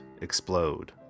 explode